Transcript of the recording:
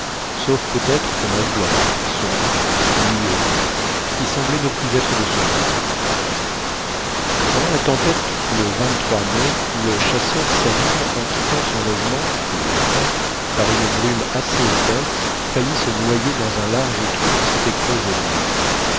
sauf peut-être thomas black sombre muet qui semblait ne plus être de ce monde pendant la tempête le mai le chasseur sabine en quittant son logement le matin par une brume assez épaisse faillit se noyer dans un large trou qui s'était creusé dans la nuit